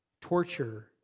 torture